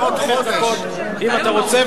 בבקשה, חמש דקות, אם אתה רוצה.